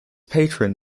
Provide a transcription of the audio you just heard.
patron